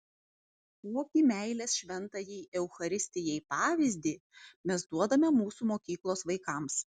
kokį meilės šventajai eucharistijai pavyzdį mes duodame mūsų mokyklos vaikams